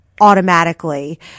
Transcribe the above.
automatically